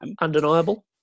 Undeniable